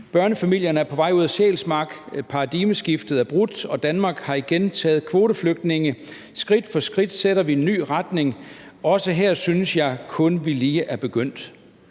Børnefamilierne er på vej ud af Sjælsmark, paradigmeskiftet er brudt, og Danmark har igen taget kvoteflygtninge. Skridt for skridt sætter vi en ny retning. Også her synes jeg kun, vi lige er begyndt